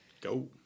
Go